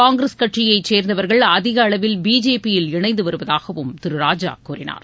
காங்கிரஸ் கட்சியை சேர்ந்தவர்கள் அதிக அளவில் பிஜேபியில் இணைந்து வருவதாகவும் திரு ராஜா கூறினார்